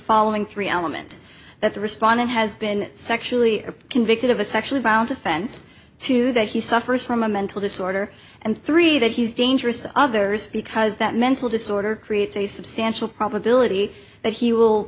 following three elements that the respondent has been sexually convicted of a sexually violent offense to that he suffers from a mental disorder and three that he's dangerous to others because that mental disorder creates a substantial probability that he will